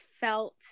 felt